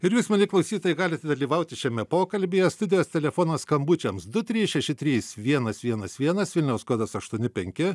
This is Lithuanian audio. ir jūs mieli klausytojai galite dalyvauti šiame pokalbyje studijas telefono skambučiams du trys šeši trys vienas vienas vienas vilniaus kodas aštuoni penki